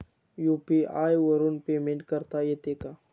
UPI वरून payment करता येते का?